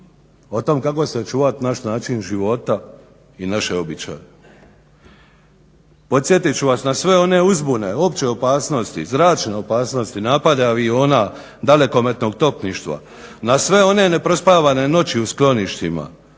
O tome kako sačuvat naš način života i naše običaje. Podsjetit ću vas na sve one uzbune opće opasnosti, zračne opasnosti, napada aviona, dalekometnog topništva, na sve one neprospavane noći u skloništima,